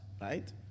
Right